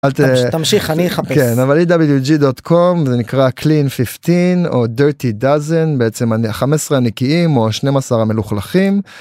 תמשיך, אני אחפש. -כן, אבל יש wg.com זה נקרא clean fifteen או dirty dozen, בעצם אני... חמש עשרה הנקיים או שנים עשר המלוכלכים.